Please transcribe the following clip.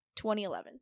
2011